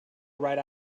right